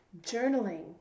journaling